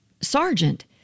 sergeant